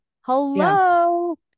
Hello